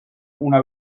una